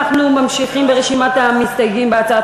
אנחנו ממשיכים ברשימת המסתייגים להצעת